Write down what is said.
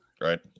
Right